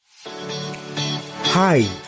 Hi